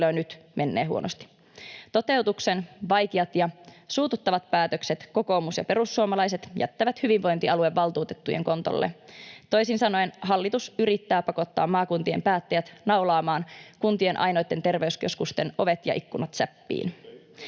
joilla jo nyt menee huonosti. Toteutuksen vaikeat ja suututtavat päätökset kokoomus ja perussuomalaiset jättävät hyvinvointialueen valtuutettujen kontolle — toisin sanoen hallitus yrittää pakottaa maakuntien päättäjät naulaamaan kuntien ainoitten terveyskeskusten ovet ja ikkunat säppiin.